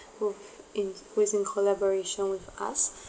who in who is in collaboration with us